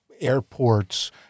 airports